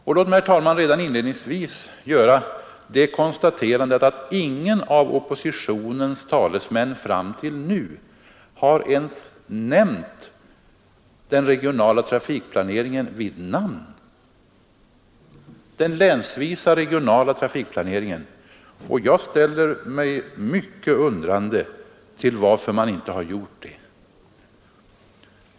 Låt mig, herr talman, redan inledningsvis göra det konstaterandet att ingen av oppositionens talesmän fram till nu har ens nämnt den länsvisa regionala trafikplaneringen vid namn. Jag ställer mig mycket undrande inför det.